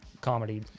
comedy